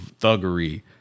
thuggery